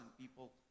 people